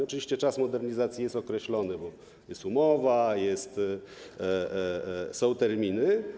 Oczywiście czas modernizacji jest określony, bo jest umowa, są terminy.